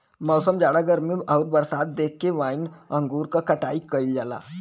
मौसम, जाड़ा गर्मी आउर बरसात देख के वाइन अंगूर क कटाई कइल जाला